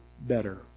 better